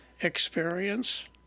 experience